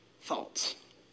Thoughts